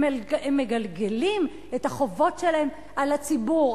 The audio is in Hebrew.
הם מגלגלים את החובות שלהם על הציבור.